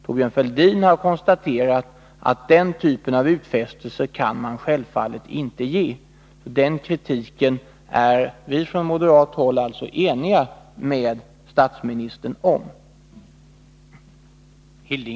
Thorbjörn Fälldin har konstaterat att man självfallet inte kan göra den typen 63 av utfästelser. Beträffande den kritiken är vi från moderat håll alltså överens med statsministern.